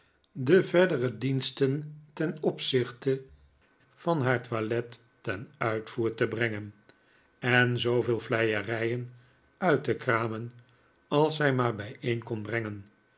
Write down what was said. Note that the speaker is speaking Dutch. de verdere diensten ten opzichte van haar toilet ten uitvoer te brengen en zooveel vleierijen uit te kramen als zij maar bijeen kon brengen